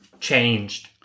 changed